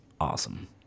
awesome